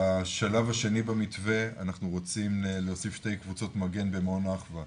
בשלב השני במתווה אנחנו רוצים להוסיף שתי קבוצות מגן במעון אחווה,